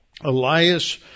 Elias